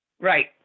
Right